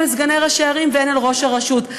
אל סגני ראשי הערים והן אל ראש הרשות.